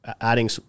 adding